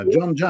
John